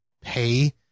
pay